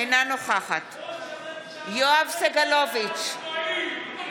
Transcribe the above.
אינה נוכחת ראש הממשלה נגד העצמאים.